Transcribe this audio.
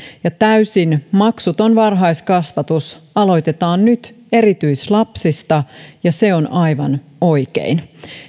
täysin maksuton varhaiskasvatus aloitetaan nyt erityislapsista ja se on aivan oikein